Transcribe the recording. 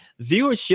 viewership